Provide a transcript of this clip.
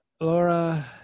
Laura